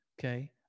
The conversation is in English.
okay